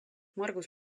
margus